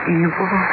evil